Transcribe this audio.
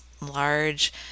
large